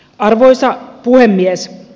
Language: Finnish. arvoisa puhemies